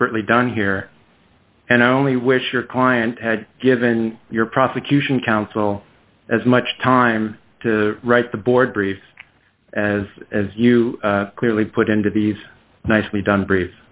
expertly done here and i only wish your client had given your prosecution counsel as much time to write the board brief as as you clearly put into these nicely done brie